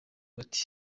bati